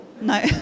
No